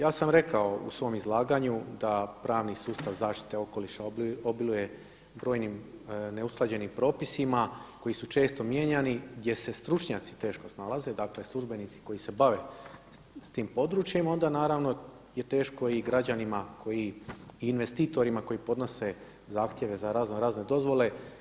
Ja sam rekao u svom izlaganju da pravni sustav zaštite okoliša obiluje brojnim neusklađenim propisima koji su često mijenjani gdje se stručnjaci teško snalaze dakle službenici koji se bave s tim područjem onda naravno je teško i građanima koji i investitorima koji podnose zahtjeve za raznorazne dozvole.